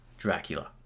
Dracula